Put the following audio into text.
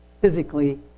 physically